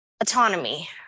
Autonomy